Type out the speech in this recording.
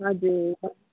हजुर